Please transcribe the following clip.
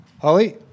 Holly